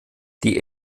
die